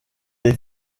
les